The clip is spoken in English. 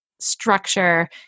Structure